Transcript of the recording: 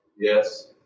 Yes